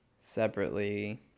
separately